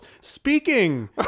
speaking